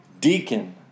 deacon